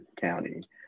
county